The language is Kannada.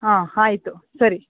ಹಾಂ ಆಯ್ತು ಸರಿ